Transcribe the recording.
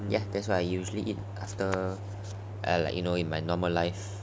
ya that's what I usually eat after or like you know in my normal life